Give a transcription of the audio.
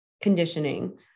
conditioning